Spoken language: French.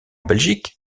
belgique